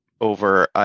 over